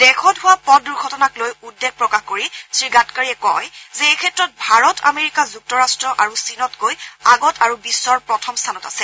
দেশত হোৱা পথ দূৰ্ঘটনাক লৈ উদ্বেগ প্ৰকাশ কৰি শ্ৰীগাডকাৰীয়ে কয় যে এইক্ষেত্ৰত ভাৰত আমেৰিকা যুক্তৰ্ট্ট আৰু চীনতকৈ আগত আৰু বিশ্বৰ প্ৰথম স্থানত আছে